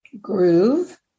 Groove